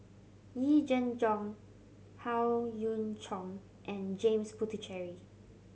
Yee Jenn Jong Howe Yoon Chong and James Puthucheary